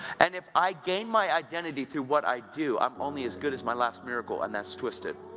and if i gain my identity through what i do, i'm only as good as my last miracle and that's twisted.